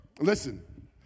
Listen